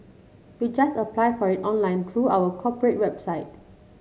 you just apply for it online through our corporate website